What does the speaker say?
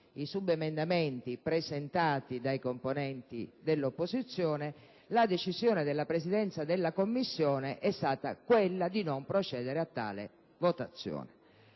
i subemendamenti presentati dai componenti dell'opposizione, la decisione della Presidenza della Commissione è stata di non procedere a tale esame